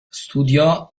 studiò